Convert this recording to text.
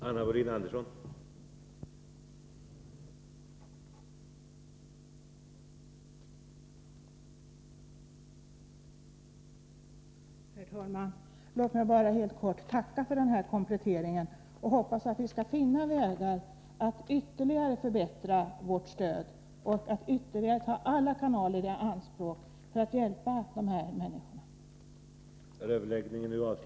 Herr talman! Låt mig bara helt enkelt tacka för den kompletteringen. Jag hoppas att vi skall finna vägar att ytterligare förbättra vårt stöd och att vi kan finna ytterligare kanaler att ta i anspråk för att hjälpa de här människorna.